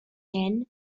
hyn